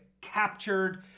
captured